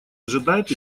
ожидает